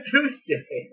Tuesday